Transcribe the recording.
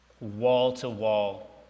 wall-to-wall